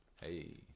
Hey